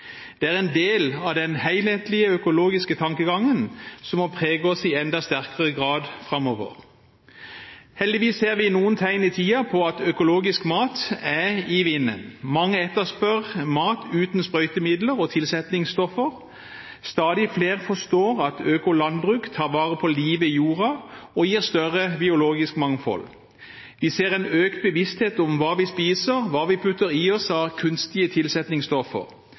Det er en del av den helhetlige økologiske tankegangen som må prege oss i enda sterkere grad framover. Heldigvis ser vi noen tegn i tiden på at økologisk mat er i vinden. Mange etterspør mat uten sprøytemidler og tilsetningsstoffer. Stadig flere forstår at økolandbruk tar vare på livet i jorda og gir større biologisk mangfold. Vi ser en økt bevissthet om hva vi spiser, hva vi putter i oss av kunstige tilsetningsstoffer.